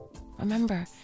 Remember